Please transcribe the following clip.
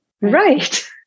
right